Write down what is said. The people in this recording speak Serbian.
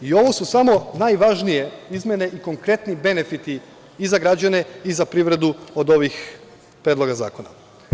I, ovo su samo najvažnije izmene i konkretni benefiti i za građane i za privredu od ovih Predloga zakona.